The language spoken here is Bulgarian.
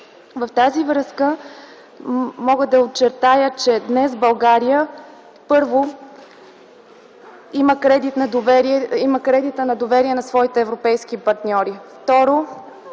В тази връзка мога да очертая, че днес България: първо, има кредита на доверие на своите европейски партньори.